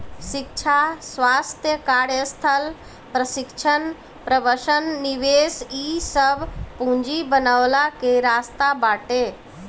शिक्षा, स्वास्थ्य, कार्यस्थल प्रशिक्षण, प्रवसन निवेश इ सब पूंजी बनवला के रास्ता बाटे